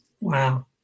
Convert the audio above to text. Wow